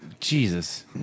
Jesus